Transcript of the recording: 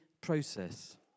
process